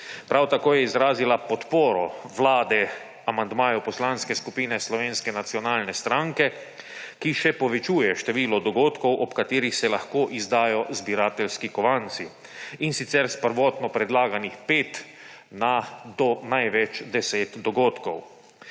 Prav tako je izrazila podporo Vlade amandmaju Poslanske skupine Slovenske nacionalne stranke, ki še povečuje število dogodkov, ob katerih se lahko izdajo zbirateljski kovanci, in sicer s prvotno predlaganih 5 do največ 10 dogodkov.